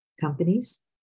companies